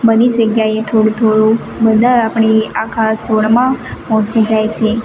બધી જગ્યાએ થોડું થોડું બધા આપણે આખા છોડમાં પહોંચી જાય છે